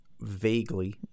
vaguely